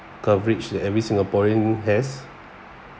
coverage that every singaporean has